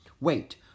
Wait